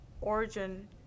origin